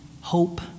hope